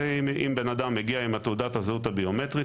אם בן-אדם הגיע עם תעודת הזהות הביומטרית